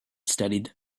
studied